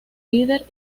líder